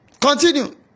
continue